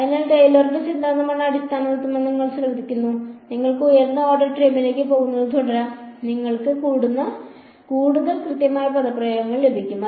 അതിനാൽ ടെയ്ലറുടെ സിദ്ധാന്തമാണ് അടിസ്ഥാന തത്വമെന്ന് നിങ്ങൾ ശ്രദ്ധിക്കുന്നു നിങ്ങൾക്ക് ഉയർന്ന ഓർഡർ ടേമിലേക്ക് പോകുന്നത് തുടരാം നിങ്ങൾക്ക് കൂടുതൽ കൃത്യമായ പദപ്രയോഗങ്ങൾ ലഭിക്കും